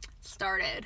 started